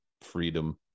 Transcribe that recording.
Freedom